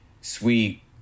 sweet